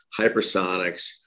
hypersonics